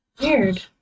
Weird